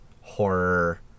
horror